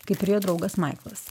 kaip ir jo draugas maiklas